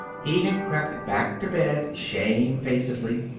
he had crept back to bed shamefacedly.